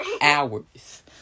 hours